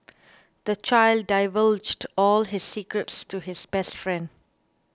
the child divulged all his secrets to his best friend